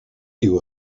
you